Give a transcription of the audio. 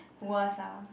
worst ah